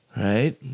Right